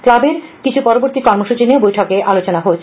ক্লাবের কিছু পরবর্তী কর্মসচি নিয়েও বৈঠকে আলোচনা হয়েছে